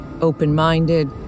Open-minded